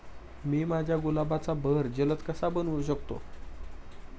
मी माझ्या गुलाबाचा बहर जलद कसा बनवू शकतो?